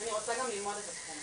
אני רוצה גם ללמוד את התחום,